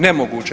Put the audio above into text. Nemoguće.